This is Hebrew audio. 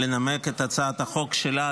לנמק את הצעת החוק שלה,